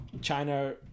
China